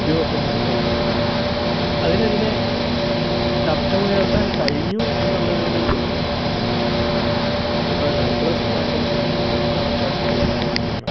ഉദ്യോഗസ്ഥൻമാർ കൈകൊണ്ടത് അതിനെതിരെ ശബ്ദം ഉയർത്താൻ കഴിഞ്ഞു എന്നുള്ളതിലൊരു പിന്നെ പ്ലസ് പോയിൻറ്റായിട്ട് നമുക്ക് കണക്ക് കൂട്ടാവുന്നതാണ്